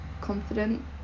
confident